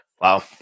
Wow